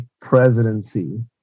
presidency